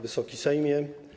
Wysoki Sejmie!